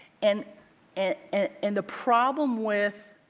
and and and the problem with